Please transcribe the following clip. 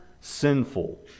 sinful